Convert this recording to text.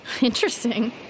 Interesting